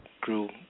grew